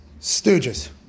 stooges